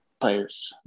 players